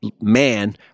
man